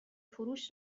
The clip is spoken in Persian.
فروش